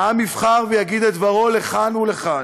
העם יבחר ויגיד את דברו לכאן ולכאן,